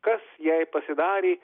kas jai pasidarė